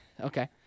Okay